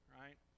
right